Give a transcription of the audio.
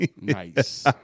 Nice